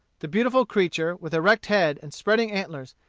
the beautiful creature, with erect head and spreading antlers,